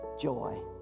joy